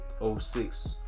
06